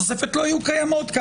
בתוספת לא יהיו קיימות -- יכול להיות.